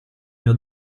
mio